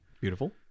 Beautiful